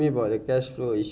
highland out already ah